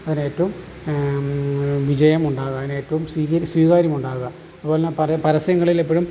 അതിന് ഏറ്റവും വിജയം ഉണ്ടാകാനായിട്ടും സ്വീകാര്യമുണ്ടാകുക അതുപോലെതന്നെ പരസ്യങ്ങളിലെപ്പോഴും